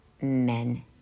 men